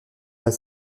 pas